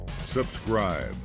subscribe